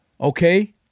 okay